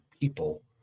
people